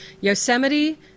Yosemite